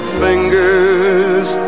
fingers